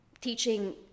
teaching